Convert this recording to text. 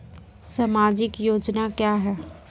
समाजिक योजना क्या हैं?